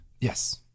Yes